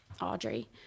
Audrey